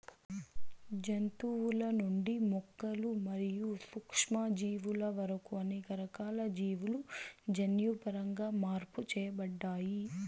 జంతువుల నుండి మొక్కలు మరియు సూక్ష్మజీవుల వరకు అనేక రకాల జీవులు జన్యుపరంగా మార్పు చేయబడ్డాయి